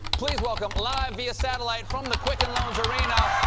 please welcome, live via satellite from the quicken loans arena,